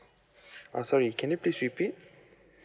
uh sorry can you please repeat